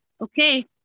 okay